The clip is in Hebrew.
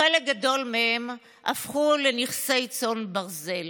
וחלק גדול מהם הפכו לנכסי צאן ברזל.